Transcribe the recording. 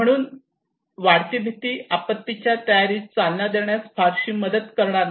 म्हणून वाढती भीती आपत्तीच्या तयारीस चालना देण्यास फारशी मदत करणार नाही